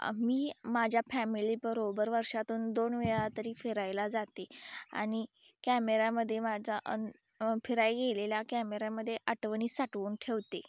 मी माझ्या फॅमिलीबरोबर वर्षातून दोन वेळा तरी फिरायला जाते आणि कॅमेरामध्ये माझ्या फिरायं गेलेल्या कॅमेरामध्ये आठवणी साठवून ठेवते